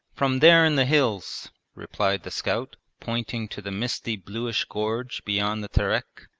from there in the hills replied the scout, pointing to the misty bluish gorge beyond the terek.